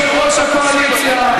יושב-ראש הקואליציה,